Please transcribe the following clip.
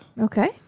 Okay